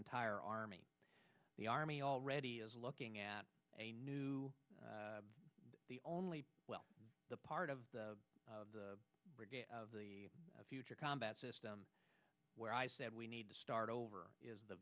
entire army the army already is looking at a new only well the part of the of the future combat system where i said we need to start over is the